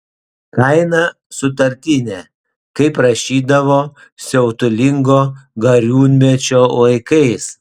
kaina sutartinė kaip rašydavo siautulingo gariūnmečio laikais